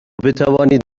بتوانید